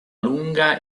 lunga